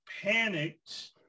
panicked